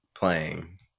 Playing